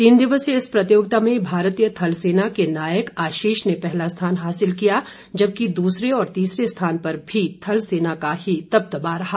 तीन दिवसीय इस प्रतियोगिता में भारतीय थल सेना के नायक आशीष ने पहला स्थान हासिल किया जबकि दूसरे और तीसरे स्थान पर भी थल सेना का ही दबदबा रहा